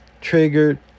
triggered